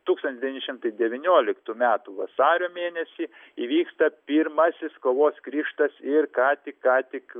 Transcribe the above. tūkstantis devyni šimtai devynioliktų metų vasario mėnesį įvyksta pirmasis kovos krikštas ir ką tik ką tik